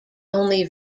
only